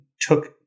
took